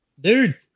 dude